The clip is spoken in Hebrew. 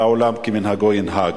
והעולם כמנהגו ינהג.